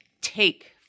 take